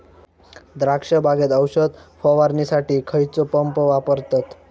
द्राक्ष बागेत औषध फवारणीसाठी खैयचो पंप वापरतत?